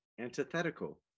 antithetical